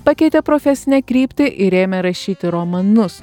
pakeitė profesinę kryptį ir ėmė rašyti romanus